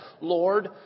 Lord